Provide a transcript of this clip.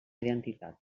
identitat